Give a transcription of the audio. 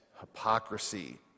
hypocrisy